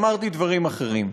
אמרתי דברים אחרים.